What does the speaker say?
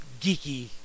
Geeky